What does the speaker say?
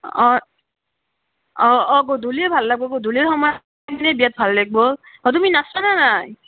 অঁ অঁ গধূলি ভাল লাগব গধুলি সময়ত বিয়াত ভাল লাগ্ব অঁ তুমি নাচা নে নাই